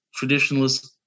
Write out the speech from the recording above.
traditionalist